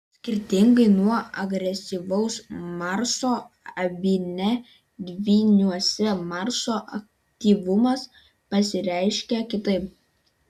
skirtingai nuo agresyvaus marso avine dvyniuose marso aktyvumas pasireiškia kitaip